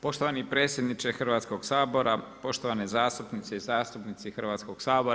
Poštovani predsjedniče Hrvatskog sabora, poštovane zastupnice i zastupnici Hrvatskog sabora.